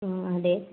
അതെ